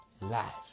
life